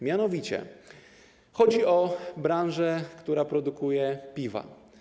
Mianowicie chodzi o branżę, która produkuje piwo.